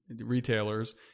retailers